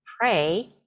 pray